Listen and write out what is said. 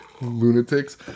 Lunatics